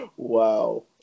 Wow